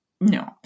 no